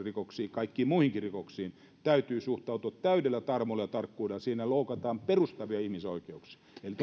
kaikkiin muihinkin rikoksiin täytyy suhtautua täydellä tarmolla ja tarkkuudella siinä loukataan perustavia ihmisoikeuksia